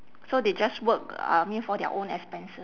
so they just work I mean for their own expenses